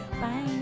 Bye